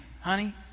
honey